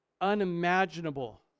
unimaginable